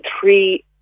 three